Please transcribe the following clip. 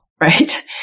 right